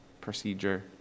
procedure